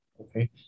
Okay